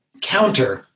counter